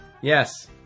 Yes